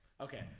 okay